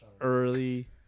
Early